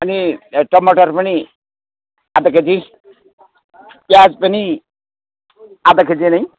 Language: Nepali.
अनि टमाटर पनि आधा केजी प्याज पनि आधा केजी नै